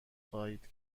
خواهید